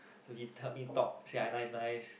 so he help me talk say I nice nice